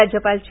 राज्यपाल चे